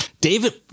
David